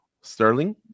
Sterling